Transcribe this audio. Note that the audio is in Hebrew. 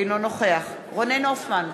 אינו נוכח רונן הופמן,